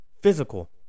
physical